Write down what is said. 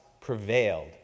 prevailed